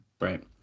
right